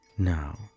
Now